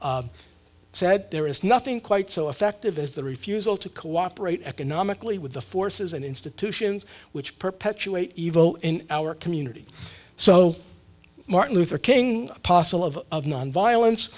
attacked said there is nothing quite so effective as the refusal to cooperate economically with the forces and institutions which perpetuate evil in our community so martin luther king apostle of of nonviolence